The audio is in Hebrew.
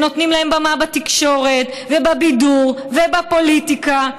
ונותנים להם במה בתקשורת ובבידור ובפוליטיקה,